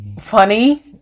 funny